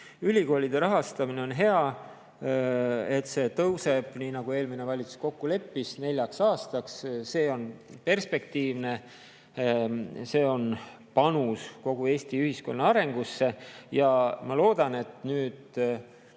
Ülikoolide rahastamine – on hea, et see tõuseb, nii nagu eelmine valitsus kokku leppis neljaks aastaks. See on perspektiivne. See on panus kogu Eesti ühiskonna arengusse. Ja ma loodan, et nüüd